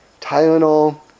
Tylenol